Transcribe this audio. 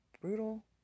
brutal